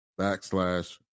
backslash